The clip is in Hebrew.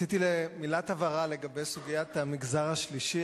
רציתי מילת הבהרה לגבי סוגיית המגזר השלישי,